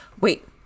Wait